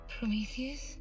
Prometheus